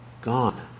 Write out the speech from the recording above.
gone